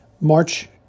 March